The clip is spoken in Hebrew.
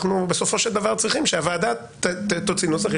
בסופו של דבר אנחנו צריכים שהוועדה תוציא נוסח.